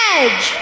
Edge